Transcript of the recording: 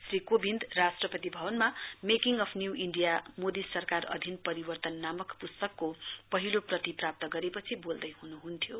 श्री कोविन्द राष्ट्रपति भवनमा making of new India Modi सरकार आधिन परिवर्तन नामक पुस्तकको पहिलो प्रति प्राप्त गरेपछि बोल्दैहुनुहुन्थ्यो